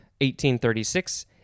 1836